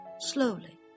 slowly